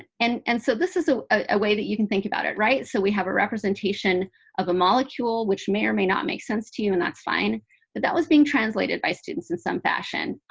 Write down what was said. and and so this is ah a way that you can think about it. so we have a representation of a molecule, which may or may not make sense to you, and that's fine. but that was being translated by students in some fashion.